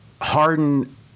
Harden –